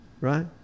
Right